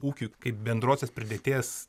ūkiui kaip bendrosios pridėties